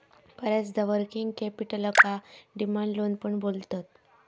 बऱ्याचदा वर्किंग कॅपिटलका demand loan पण बोलतत